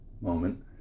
moment